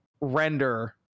render